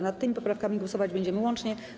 Nad tymi poprawkami głosować będziemy łącznie.